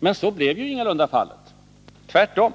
Men så blev ju ingalunda fallet — tvärtom.